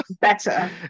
better